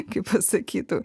kaip pasakytų